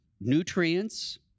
nutrients